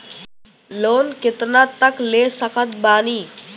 Loan कितना तक ले सकत बानी?